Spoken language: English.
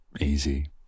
Easy